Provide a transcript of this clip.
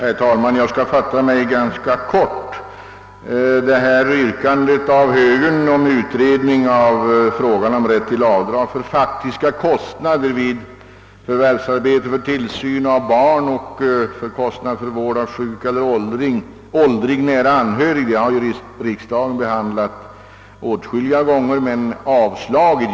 Herr talman! Jag skall fatta mig ganska kort. Högerns yrkande om utred ning av frågan om rätt till avdrag för faktiska kostnader vid förvärvsarbete för tillsyn av barn och för kostnader i samband med vård av sjuk eller åldrig nära anhörig har behandlats av riksdagen åtskilliga gånger men alltid blivit avslaget.